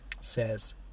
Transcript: says